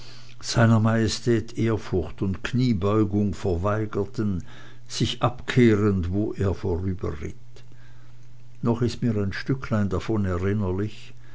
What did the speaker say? seiner majestät ehrfurcht und kniebeugung verweigerten sich abkehrend wo der vorüberritt noch ist mir ein stücklein davon